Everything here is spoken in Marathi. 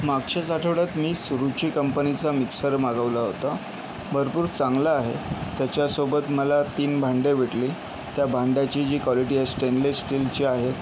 मागच्याच आठवड्यात मी सुरुची कंपनीचा मिक्सर मागवला होता भरपूर चांगला आहे त्याच्यासोबत मला तीन भांडे भेटली त्या भांड्याची जी कॉलिटी आहे स्टेनलेस स्टीलची आहे